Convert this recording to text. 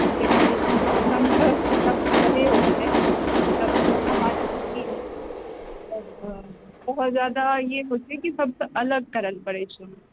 देखिऔ संघर्ष तऽ सब जगहे होइ छै तऽ ओहा बात छै की बहुत जादा इहे होइ छै कि सबसँ अलग करए पड़ै छै